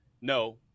No